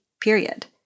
period